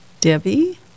Debbie